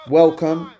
welcome